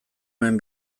nuen